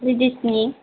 लेडिसनि